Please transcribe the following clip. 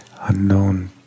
Unknown